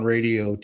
Radio